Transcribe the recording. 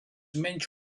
menys